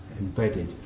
embedded